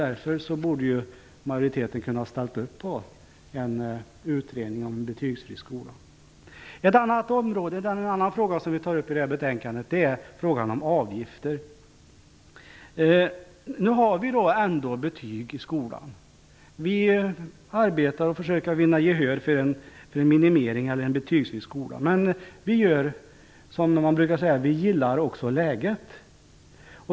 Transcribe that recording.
Därför borde majoriteten kunnat ställa upp på en utredning om en betygsfri skola. En annan fråga som vi tar upp i det här betänkandet är frågan om avgifter. Nu har vi betyg i skolan. Vi arbetar för att försöka vinna gehör för en minimering eller en betygsfri skola, men vi gillar också läget, som man brukar säga.